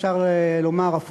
עליו בהחלט אפשר לומר הפוך: